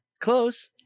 Close